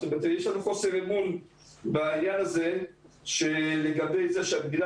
זאת אומרת יש לנו חוסר אמון בעניין הזה לגבי זה שהמדינה